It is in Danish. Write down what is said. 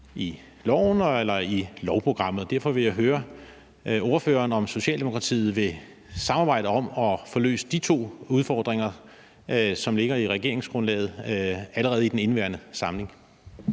i lovforslaget eller i lovprogrammet. Derfor vil jeg høre ordføreren, om Socialdemokratiet vil samarbejde om at få løst de to udfordringer, som ligger i regeringsgrundlaget, allerede i den indeværende samling.